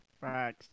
right